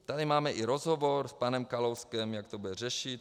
Tady máme i rozhovor s panem Kalouskem, jak to bude řešit.